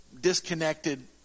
disconnected